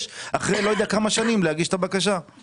אחרי לא יודע כמה שנים להגיש את הבקשה.